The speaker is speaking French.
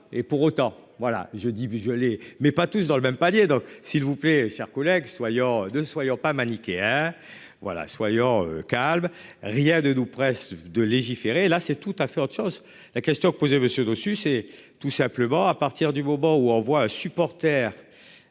et pour autant. Voilà je dis. Mais pas tous dans le même palier donc s'il vous plaît chers collègues soyons de soyons pas manichéens. Voilà soyons calme rien de doux presse de légiférer là c'est tout à fait autre chose. La question que posait monsieur Dossus c'est tout simplement à partir du moment où on voit à supporters